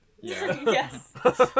yes